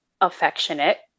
affectionate